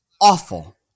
awful